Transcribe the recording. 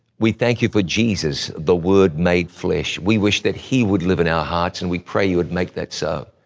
we thank you for jesus, the word made flesh. we wish that he would live in our hearts, and we pray you would make that so.